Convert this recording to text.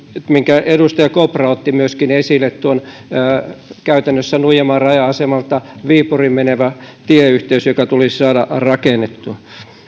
minkä myöskin edustaja kopra otti esille käytännössä nuijamaan raja asemalta viipuriin menevä tieyhteys joka tulisi saada rakennettua